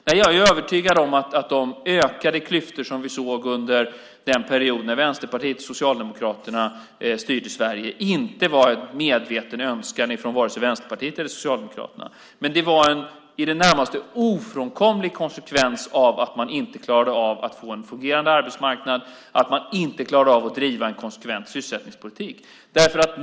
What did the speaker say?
Nej, jag är övertygad om att de ökade klyftor som vi såg under den period när Vänsterpartiet och Socialdemokraterna styrde Sverige inte var en medveten önskan ifrån vare sig Vänsterpartiet eller Socialdemokraterna. Men det var en i det närmaste ofrånkomlig konsekvens av att man inte klarade av att få en fungerande arbetsmarknad och att man inte klarade av att driva en konsekvent sysselsättningspolitik.